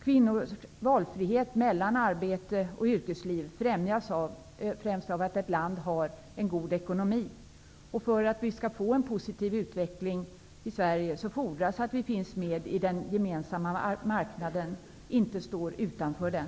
Kvinnors valfrihet när det gäller hemarbete och yrkesliv främjas av att ett land har en god ekonomi, och för att vi skall få en positiv utveckling i Sverige fordras det att vi finns med i den gemensamma marknaden, inte står utanför den.